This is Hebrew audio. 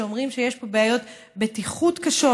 שאומרים שיש פה בעיות בטיחות קשות,